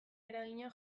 eragina